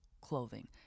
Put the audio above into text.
clothing